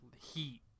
heat